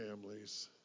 families